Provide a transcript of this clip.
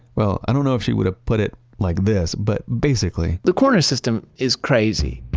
well, i don't know if she would have put it like this, but basically, the corner system is crazy.